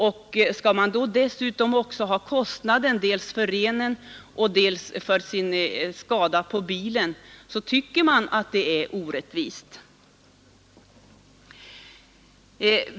Om man dessutom skall betungas med kostnaden dels för renen, dels för skada på bilen, förefaller detta vara orättvist.